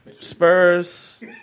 Spurs